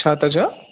छा था चओ